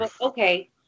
Okay